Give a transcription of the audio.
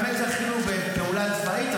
באמת זכינו בפעולה צבאית,